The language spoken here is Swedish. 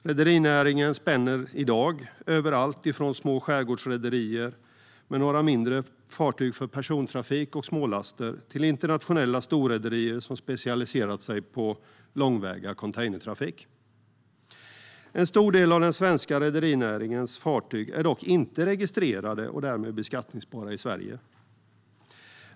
Rederinäringen spänner i dag över alltifrån små skärgårdsrederier med några mindre fartyg för persontrafik och smålaster till internationella storrederier som specialiserat sig på långväga containertrafik. En stor del av den svenska rederinäringens fartyg är dock inte registrerad och därmed beskattningsbar i Sverige.